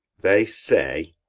they say!